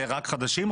רק חדשים,